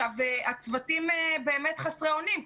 הצוותים באמת חסרי אונים.